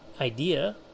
idea